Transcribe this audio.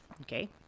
Okay